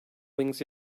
wings